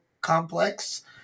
complex